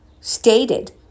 stated